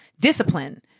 discipline